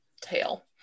tail